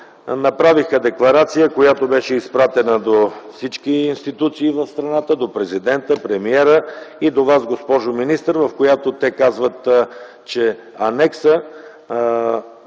направиха декларация, която беше изпратена до всички институции в страната – до президента, премиера и до Вас, госпожо министър, в която те казват, че анексът,